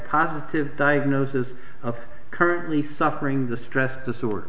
positive diagnosis currently suffering the stress disorder